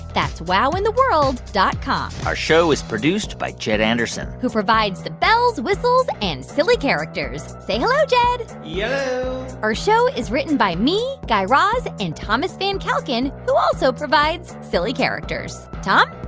that's wowintheworld dot com our show is produced by jed anderson who provides the bells, whistles and silly characters. say hello, jed yello yeah our show is written by me, guy raz and thomas van kalken, who also provides silly characters. tom?